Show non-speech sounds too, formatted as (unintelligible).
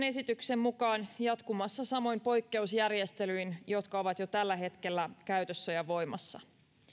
(unintelligible) esityksen mukaan jatkumassa samoin poikkeusjärjestelyin jotka ovat jo tällä hetkellä käytössä ja voimassa